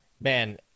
Man